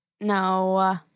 No